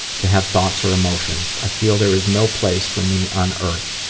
to have thoughts or emotions. i feel there is no place for me on earth.